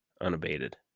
unabated